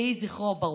יהי זכרו ברוך.